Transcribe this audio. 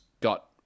got